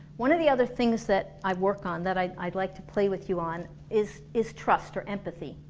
one of the other things that i work on that i'd i'd like to play with you on is is trust or empathy